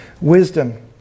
wisdom